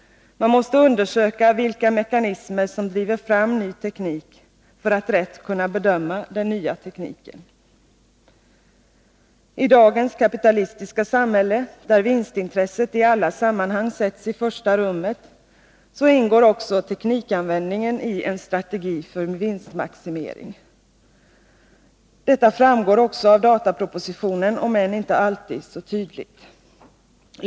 Man måste för att rätt kunna bedöma den nya tekniken undersöka vilka mekanismer som driver fram ny teknik. I dagens kapitalistiska samhälle, där vinstintresset i alla sammanhang sätts i främsta rummet, ingår också teknikanvändningen i en strategi för vinstmaximering. Detta framgår också av datapropositionen, om än inte alltid så tydligt.